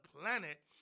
planet